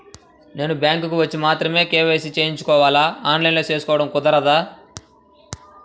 నేను బ్యాంక్ వచ్చి మాత్రమే కే.వై.సి చేయించుకోవాలా? ఆన్లైన్లో చేయటం కుదరదా?